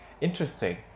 Interesting